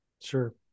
Sure